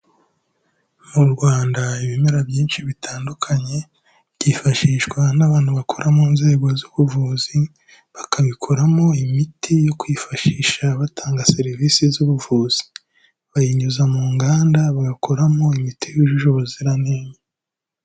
Mu Rwanda ibimera byinshi bitandukanye byifashishwa n'abantu bakora mu nzego z'ubuvuzi bakabikoramo imiti yo kwifashisha batanga serivisi z'ubuvuzi, bayinyuza mu nganda bagakoramo imiti yujuje ubuziranenge.